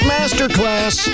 Masterclass